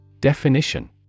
Definition